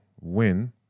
win